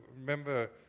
remember